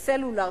סלולר,